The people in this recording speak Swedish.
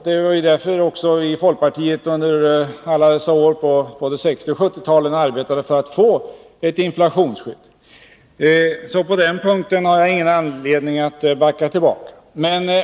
Det är därför vi i folkpartiet under alla dessa år på både 1960 och 1970-talen arbetat för att få ett inflationsskydd. På den punkten har jag alltså Ingen anledning att backa tillbaka.